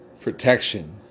protection